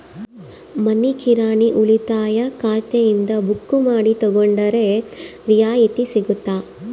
ಮನಿ ಕಿರಾಣಿ ಉಳಿತಾಯ ಖಾತೆಯಿಂದ ಬುಕ್ಕು ಮಾಡಿ ತಗೊಂಡರೆ ರಿಯಾಯಿತಿ ಸಿಗುತ್ತಾ?